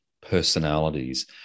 personalities